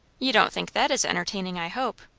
you don't think that is entertaining, i hope?